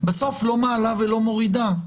בסוף לא מעלה ולא מורידה,